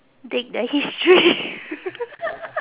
dig the history